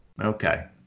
Okay